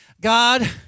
God